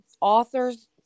author's